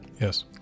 Yes